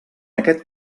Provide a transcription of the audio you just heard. aquest